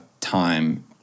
time